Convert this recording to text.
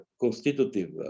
constitutive